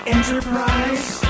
Enterprise